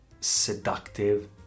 seductive